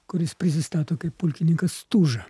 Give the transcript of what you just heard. kuris prisistato kaip pulkininkas tūža